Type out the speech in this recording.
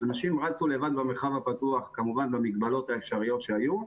אנשים רצו לבד במרחב הפתוח, כמובן במגבלות שהיו,